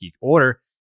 order